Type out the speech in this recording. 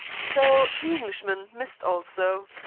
so the englishman missed also.